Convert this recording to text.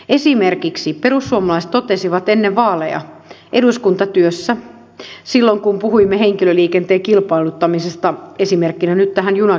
esimerkiksi ennen vaaleja kun puhuimme henkilöliikenteen kilpailuttamisesta esimerkkinä nyt tähän junaan